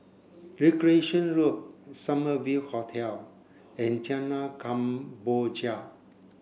Recreation Road Summer View Hotel and Jalan Kemboja